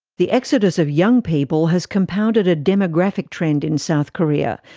the exodus of young people has compounded a demographic trend in south korea,